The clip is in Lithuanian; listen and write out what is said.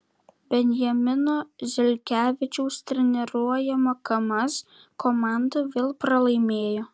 benjamino zelkevičiaus treniruojama kamaz komanda vėl pralaimėjo